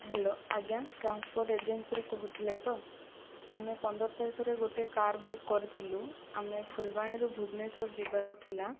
hello ଆଜ୍ଞା transport ଏଜେନ୍ସିରୁ କହୁଥିଲେ ତ ଆମେ ପନ୍ଦର ତାରିଖରେ ଗୋଟେ କାର ବୁକ କରିଥିଲୁ ଆମେ ଫୁଲବାଣୀରୁ ଭୁବନେଶ୍ୱର ଯିବାର ଥିଲା